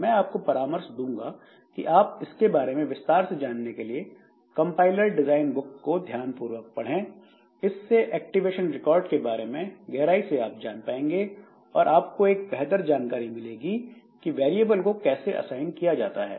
मैं आपको परामर्श दूंगा कि आप इसके बारे में विस्तार से जानने के लिए कंपाइलर डिजाइन बुक को ध्यानपूर्वक पढ़ें इससे एक्टिवेशन रिकॉर्ड के बारे में गहराई से आप जान जाएंगे और आपको एक बेहतर जानकारी मिलेगी की वेरिएबल को कैसे असाइन किया जाता है